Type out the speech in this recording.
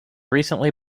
recently